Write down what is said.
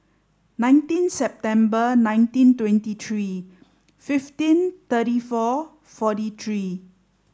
nineteen September nineteen twenty three fifteen thirty four forty three